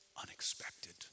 unexpected